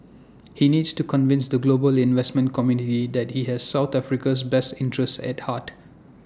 he needs to convince the global investment community that he has south Africa's best interests at heart